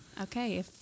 okay